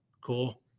Cool